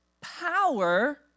power